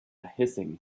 hissing